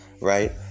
right